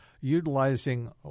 utilizing